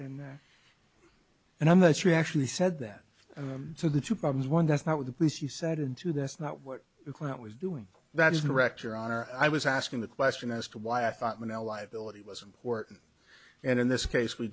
and that and i'm not she actually said that so the two problems one that's not with the police you said in two that's not what the client was doing that is correct your honor i was asking the question as to why i thought mel liability was important and in this case we